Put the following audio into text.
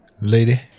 lady